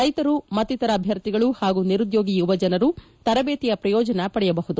ರೈತರು ಮತ್ತಿತರ ಅಭ್ಯರ್ಥಿಗಳು ಹಾಗೂ ನಿರುದ್ಯೋಗಿ ಯುವಜನರು ತರಬೇತಿಯ ಪ್ರಯೋಜನ ಪಡೆಯಬಹುದು